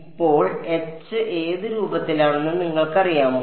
ഇപ്പോൾ H ഏത് രൂപത്തിലാണെന്ന് നിങ്ങൾക്കറിയാമോ